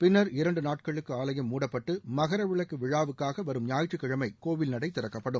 பின்னா் இரண்டு நாட்களுக்கு ஆலயம் மூடப்பட்டு மகர விளக்கு விழாவுக்காக வரும் ஞாயிற்றுக்கிழமை கோவில் நடை திறக்கப்படும்